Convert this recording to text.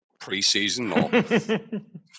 pre-season